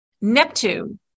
Neptune